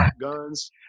guns